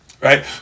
Right